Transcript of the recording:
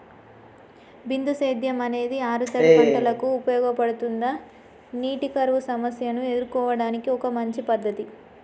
బిందు సేద్యం అనేది ఆరుతడి పంటలకు ఉపయోగపడుతుందా నీటి కరువు సమస్యను ఎదుర్కోవడానికి ఒక మంచి పద్ధతి?